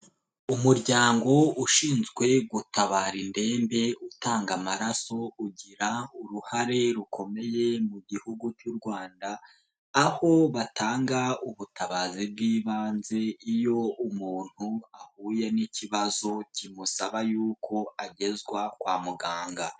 Umuryango ushinzwe gutabara indembe utanga amaraso, ugira uruhare rukomeye mu gihugu cy'u Rwanda, aho batanga ubutabazi bw'ibanze, iyo umuntu ahuye n'ikibazo kimusaba yuko agezwa kwa muganga.